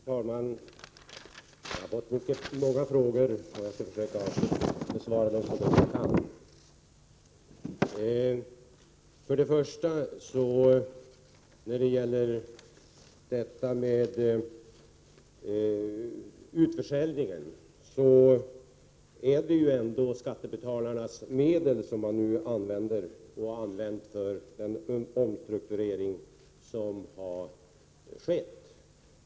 Fru talman! Jag har fått många frågor — jag skall besvara dem så gott jag kan. Först och främst vill jag när det gäller förslaget om en utförsäljning av statliga företag säga att det ju ändå är skattebetalarnas medel som man har använt för den omstrukturering som har skett.